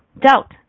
Doubt